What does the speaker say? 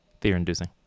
fear-inducing